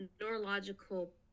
neurological